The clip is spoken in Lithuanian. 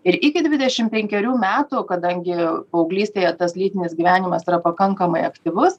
ir iki dvidešim penkerių metų kadangi paauglystėje tas lytinis gyvenimas yra pakankamai aktyvus